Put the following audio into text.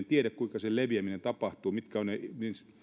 tiedä kuinka sen leviäminen tapahtuu